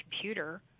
computer